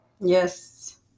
Yes